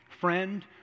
friend